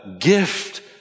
gift